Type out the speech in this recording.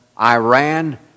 Iran